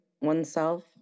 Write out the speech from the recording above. oneself